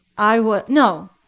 i was no,